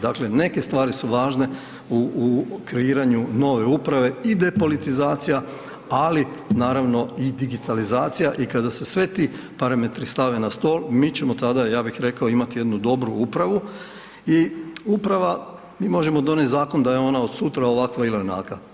Dakle, neke stvari su važne u kreiranju nove uprave i depolitizacija, ali naravno i digitalizacija i kada se sve ti parametri stave na stol, mi ćemo tada, ja bih rekao imati jednu dobru upravi i uprava, mi možemo donijeti zakon da je ona od sutra ovakva ili onakva.